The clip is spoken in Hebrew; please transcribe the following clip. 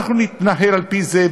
אנחנו נתנהל על-פי זה,